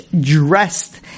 dressed